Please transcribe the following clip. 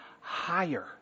higher